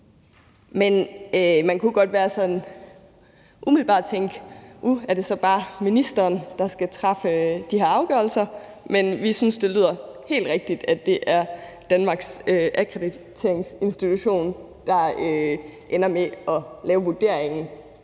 sådan umiddelbart tænke: Uh, er det så bare ministeren, der skal træffe de her afgørelser? Men vi synes, at det lyder helt rigtigt, at det er Danmarks Akkrediteringsinstitution, der ender med at lave vurderingen,